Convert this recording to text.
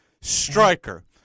Striker